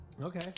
Okay